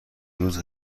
روز